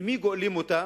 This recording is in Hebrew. ממי גואלים אותה?